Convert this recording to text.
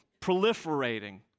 proliferating